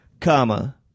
comma